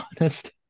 honest